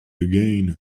again